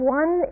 one